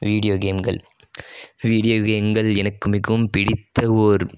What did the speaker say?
video கேம்கள் video கேம்கள் எனக்கு மிகவும் பிடித்த ஓர்